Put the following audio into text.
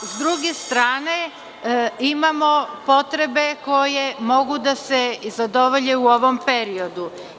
S druge strane, imamo potrebe koje mogu da se zadovolje u ovom periodu.